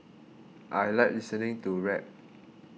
I like listening to rap